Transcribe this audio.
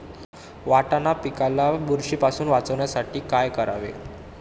वाटाणा पिकाला बुरशीपासून वाचवण्यासाठी काय करावे?